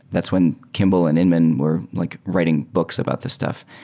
that's when kimball and inman were like writing books about this stuff.